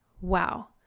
wow